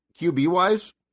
QB-wise